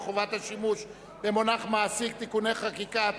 וחובת שימוש במונח מעסיק (תיקוני חקיקה),